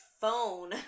phone